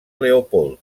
leopold